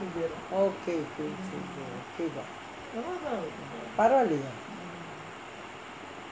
okay தான் பரவாலயே:thaan paravalaye